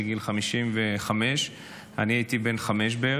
בגיל 55. אני הייתי בן חמש בערך,